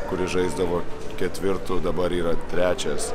kuris žaisdavo ketvirtu dabar yra trečias